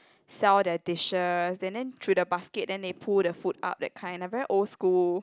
sell their dishes and then through the basket then they pull the food up that kind like very old school